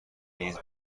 نیز